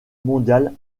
mondiale